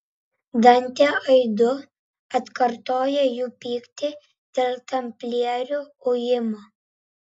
dantė aidu atkartoja jų pyktį dėl tamplierių ujimo